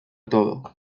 todo